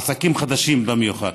של עסקים חדשים במיוחד.